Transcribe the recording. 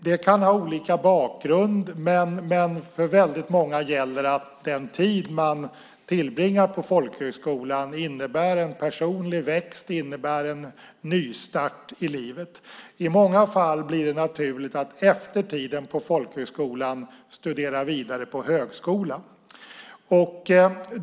De kan ha olika bakgrund, men för väldigt många gäller att den tid de tillbringar på folkhögskola innebär en personlig växt och en nystart i livet. I många fall blir det naturligt att efter tiden på folkhögskolan studera vidare på högskolan.